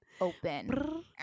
open